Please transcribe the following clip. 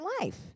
life